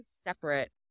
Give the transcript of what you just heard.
separate